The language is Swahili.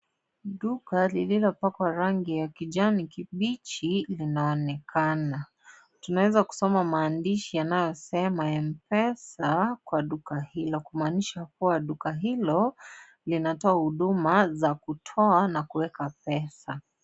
Duka lililopakwa rangi ya kijani kibichi linaonekana, tunaweza kusoma maandishi yanayosema Mpesa kwa duka hilo kumaanisha kuwa duka hilo linatoa huduma za kutoa na kueka pesa.